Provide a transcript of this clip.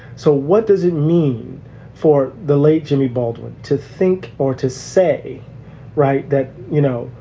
so what does it mean for the late jimmy baldwin to think or to say write that, you know,